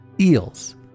Eels